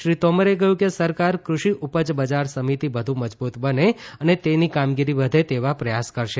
શ્રી તોમરે કહ્યું કે સરકાર ક્રષિ ઉપજ બજાર સમિતિ વધુ મજબુત બને અને તેની કામગીરી વધે તેવા પ્રથાસ કરશે